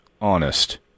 honest